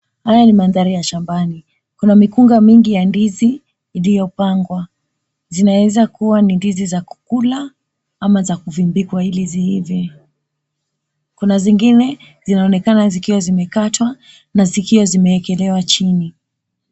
Haya ni mandhari ya shambani. Kuna mikunga mingi ya ndizi iliyo pangwa, zinaweza kuwa ni ndizi za kukula ama za kuvumbikwa ili ziiive. Kuna zingine zinaonekana zikiwa zimekatwa na zikiwa zimeekelewa chini.